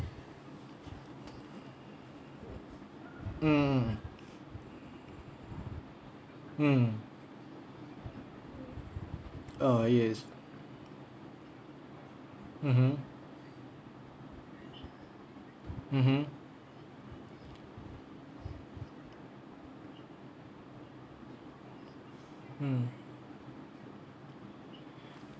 mm mm oh yes mmhmm mmhmm mm